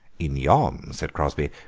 in yom, said crosby,